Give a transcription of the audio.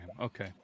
Okay